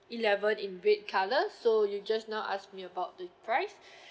eleven in red colour so you just now ask me about the price